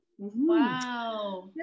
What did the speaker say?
Wow